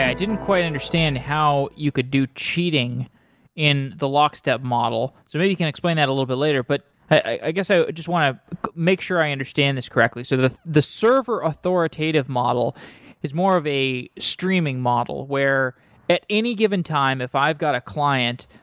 didn't quite understand how you could do cheating in the lockstep model. so maybe you can explain that a little bit later, but i guess i just want to make sure i understand this correctly. so the the server authoritative model is more of a streaming model where at any given time, if i've got a client,